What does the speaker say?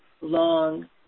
long